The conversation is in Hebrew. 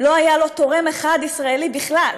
לא היה לו תורם ישראלי בכלל,